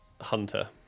hunter